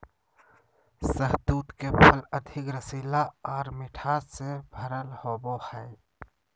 शहतूत के फल अधिक रसीलापन आर मिठास से भरल होवो हय